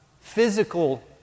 physical